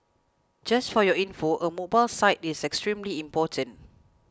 just for your info a mobile site is extremely important